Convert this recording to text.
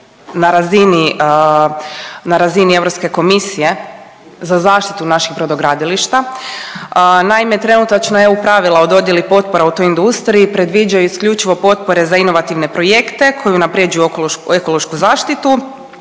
na razini Europske komisije za zaštitu naših brodogradilišta. Naime, trenutačna EU pravila o dodjeli potpora u toj industriji predviđaju isključivo potpore za inovativne projekte koji unaprjeđuju ekološku zaštitu,